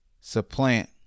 supplant